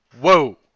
Whoa